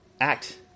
act